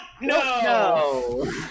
No